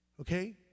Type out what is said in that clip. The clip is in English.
Okay